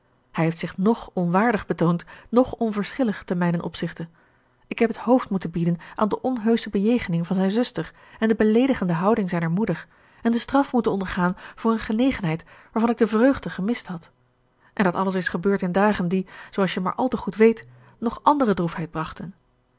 hij heeft zich noch onwaardig betoond noch onverschillig te mijnen opzichte ik heb het hoofd moeten bieden aan de onheusche bejegening van zijn zuster en de beleedigende houding zijner moeder en de straf moeten ondergaan voor eene genegenheid waarvan ik de vreugde gemist had en dat alles is gebeurd in dagen die zooals je maar al te goed weet nog andere droefheid brachten